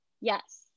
Yes